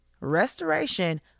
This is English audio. restoration